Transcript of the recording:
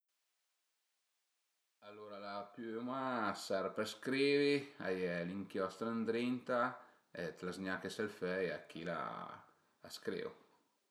Alura la piüma a serv për scrivi, a ie l'inchiostro ëndrinta e t'la z-gnache s'ël föi e chila a scrìu